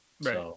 Right